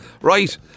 right